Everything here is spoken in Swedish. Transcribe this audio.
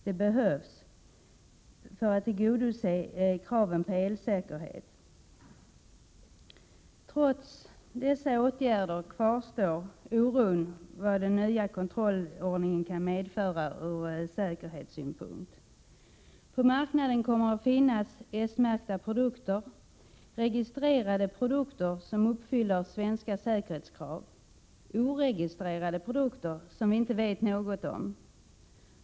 Det behövs för att kraven på elsäkerhet skall bli tillgodosedda. Trots dessa åtgärder kvarstår oron över vad den nya kontrollordningen kan medföra från säkerhetssynpunkt. På marknaden kommer det att finnas S-märkta och registrerade produkter som uppfyller svenska säkerhetskrav och icke-registrerade produkter som vi inte vet något om.